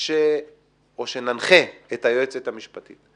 היועצת המשפטית